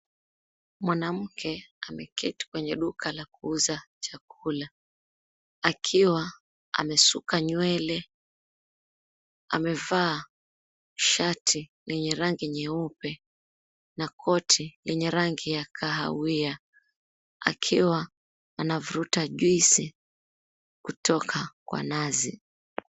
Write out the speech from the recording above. Mwanamke ameketi kwenye duka la kuuza chakula akiwa amesuka nywele. Amevaa shati lenye rangi nyeupe na koti lenye rangi ya kahawia akiwa anavuruta juisi kutoka kwa nazi.